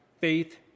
Faith